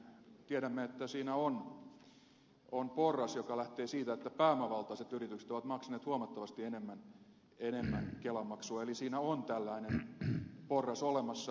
tiedämme että siinä on porras joka lähtee siitä että pääomavaltaiset yritykset ovat maksaneet huomattavasti enemmän kelamaksua eli siinä on tällainen porras olemassa